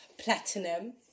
platinum